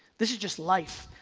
this is just life.